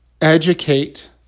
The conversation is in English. educate